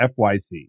fyc